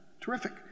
Terrific